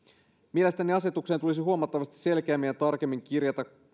mielestäni asetukseen tulisi huomattavasti selkeämmin ja tarkemmin kirjata